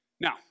Now